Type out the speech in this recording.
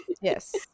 Yes